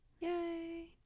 Yay